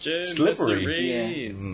Slippery